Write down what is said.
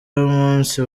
y’umunsi